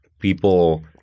people